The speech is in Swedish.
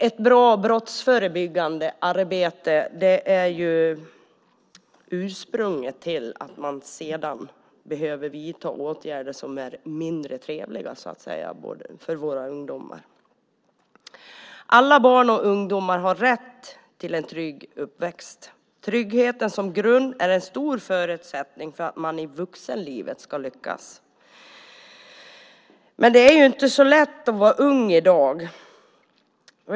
Ett bra brottsförebyggande arbete är bakgrunden till att man slipper vidta åtgärder som är mindre trevliga för ungdomarna. Alla barn och ungdomar har rätt till en trygg uppväxt. Tryggheten som grund är en viktig förutsättning för att man ska lyckas i vuxenlivet. Det är inte så lätt att vara ung i dag.